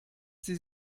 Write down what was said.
sie